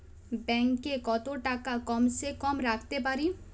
Bank এ কত টাকা কম সে কম রাখতে পারি?